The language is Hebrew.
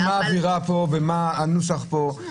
--- מה האווירה פה ומה הנוסח פה --- לא,